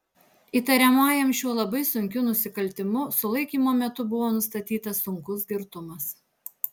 įtariamajam šiuo labai sunkiu nusikaltimu sulaikymo metu buvo nustatytas sunkus girtumas